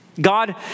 God